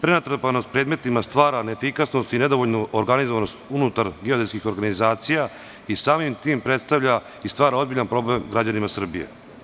Prenatrpanost predmetima stvara neefikasnost i nedovoljnu organizovanost unutar geodetskih organizacija i samim tim predstavlja i stvara ozbiljan problem građanima Srbije.